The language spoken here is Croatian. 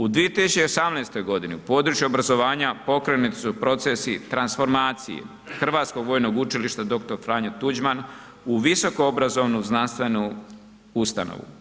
U 2018. godini u području obrazovanja pokrenuti su procesi transformacije Hrvatskog vojnog učilišta Dr. Franjo Tuđman u visokoobrazovnu znanstvenu ustanovu.